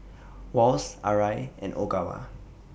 Wall's Arai and Ogawa